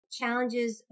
challenges